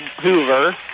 Hoover